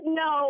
no